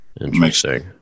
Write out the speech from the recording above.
Interesting